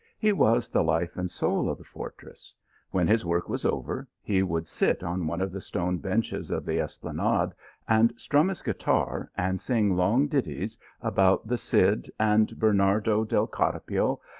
he was the life and soul of the fortress when his work was over, he would sit on one of the stone benches of the esplanade and strum his guitar, and sing long ditties about the cid, and bernardo del carpio,